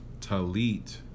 talit